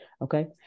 Okay